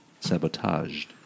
sabotaged